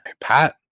Pat